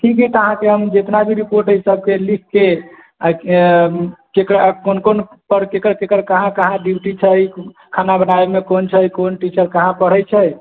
ठीक है तऽ अहाँके हम जितना भी रिपोर्ट अइ ओ लिख के आ कोन कोन पर केकर केकर कहाँ कहाँ ड्यूटी छै खाना बनाबै मे कोन छै कोन टीचर कहाँ पढ़ै छै